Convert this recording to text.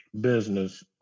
business